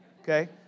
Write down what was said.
okay